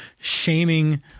shaming